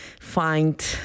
find